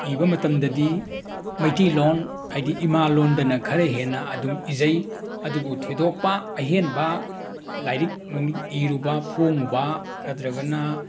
ꯏꯕ ꯃꯇꯝꯗꯗꯤ ꯃꯩꯇꯩꯂꯣꯟ ꯍꯥꯏꯗꯤ ꯏꯃꯥꯂꯣꯟꯗꯅ ꯈꯔ ꯍꯦꯟꯅ ꯑꯗꯨꯝ ꯏꯖꯩ ꯑꯗꯨꯕꯨ ꯊꯣꯏꯗꯣꯛꯄ ꯑꯍꯦꯟꯕ ꯂꯥꯏꯔꯤꯛ ꯅꯨꯃꯤꯠ ꯏꯔꯨꯕ ꯐꯣꯡꯉꯨꯕ ꯅꯠꯇ꯭ꯔꯒꯅ